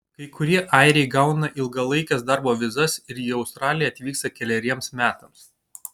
kai kurie airiai gauna ilgalaikes darbo vizas ir į australiją atvyksta keleriems metams